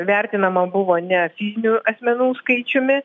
vertinama buvo ne fizinių asmenų skaičiumi